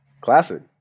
classic